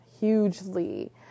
hugely